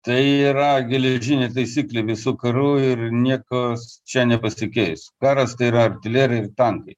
tai yra geležinė taisyklė visų karų ir niekas čia nepasikeis karas tai yra artilerijair tankai